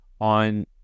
on